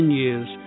years